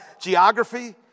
geography